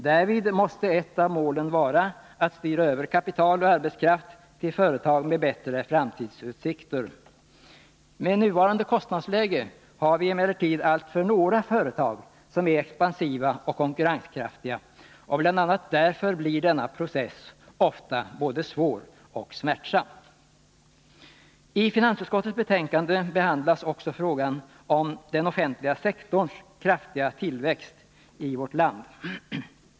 Därvid måste ett av målen vara att styra över kapital och arbetskraft till företag med bättre framtidsutsikter. Med nuvarande kostnadsläge har vi emellertid alltför få företag som är expansiva och konkurrenskraftiga. Bl. a. därför blir denna process ofta både svår och smärtsam. I finansutskottets betänkande behandlas också frågan om den offentliga sektorns kraftiga tillväxt i vårt land.